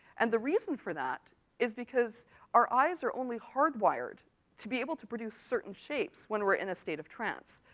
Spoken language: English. and the reason for that is our eyes are only hard-wired to be able to produce certain shapes when we're in a state of trance.